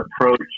approach